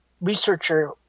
researcher